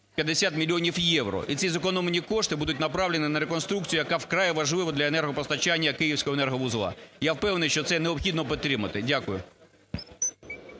50 мільйонів євро. І ці зекономлені кошти будуть направлені на реконструкцію, яка вкрай важлива для енергопостачання київського енерговузла. Я впевнений, що це необхідно підтримати. Дякую.